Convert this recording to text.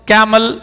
Camel